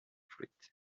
fleet